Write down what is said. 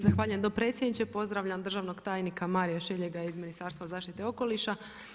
Zahvaljujem dopredsjedniče, pozdravljam državnog tajnika Marija Šilega iz Ministarstva zaštite okoliša.